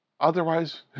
Otherwise